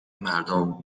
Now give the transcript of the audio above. مردم